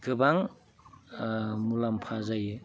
गोबां मुलाम्फा जायो